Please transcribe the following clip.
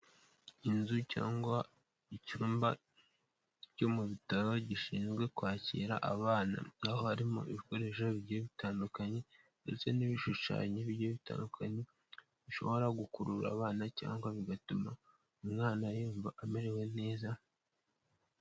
Inzu cyangwa icyumba cyo mu bitaro gishinzwe kwakira abana, aho harimo ibikoresho bigiye bitandukanye ndetse n'ibishushanyo bigiye bitandukanye bishobora gukurura abana cyangwa bigatuma umwana yumva amerewe neza.